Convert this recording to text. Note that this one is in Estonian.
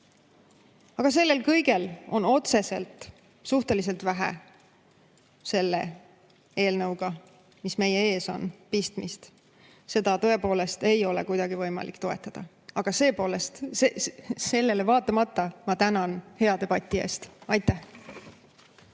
Aga sellel kõigel on otseselt suhteliselt vähe pistmist selle eelnõuga, mis meie ees on. Seda tõepoolest ei ole kuidagi võimalik toetada. Aga sellele vaatamata ma tänan hea debati eest. Aitäh!